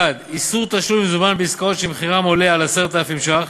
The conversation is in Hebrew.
1. איסור תשלום במזומן בעסקאות שמחירן עולה על 10,000 ש"ח